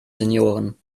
senioren